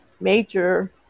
major